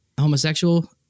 homosexual